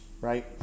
right